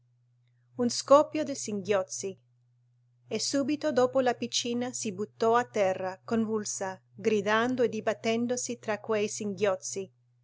uno scoppio di singhiozzi e subito dopo la piccina si buttò a terra convulsa gridando e dibattendosi tra quei singhiozzi